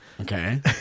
Okay